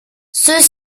ceux